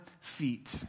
feet